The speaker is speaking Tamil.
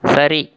சரி